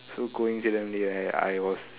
so coincidentally I I was